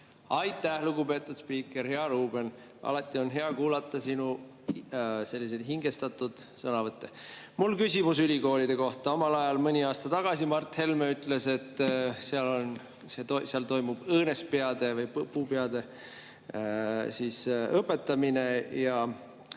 Aitäh, lugupeetud spiiker! Hea Ruuben! Alati on hea kuulata sinu selliseid hingestatud sõnavõtte. Mul on küsimus ülikoolide kohta. Omal ajal, mõni aasta tagasi ütles Mart Helme, et seal toimub õõnespeade või puupeade õpetamine ja